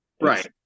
right